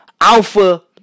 alpha